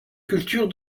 culture